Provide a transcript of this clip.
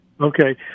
Okay